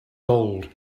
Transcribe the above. gold